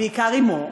בעיקר אמו,